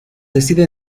decide